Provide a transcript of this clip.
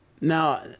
Now